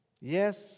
Yes